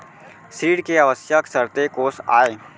ऋण के आवश्यक शर्तें कोस आय?